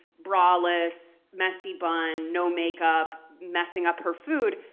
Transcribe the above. bra-less, messy bun, no makeup, messing up her food,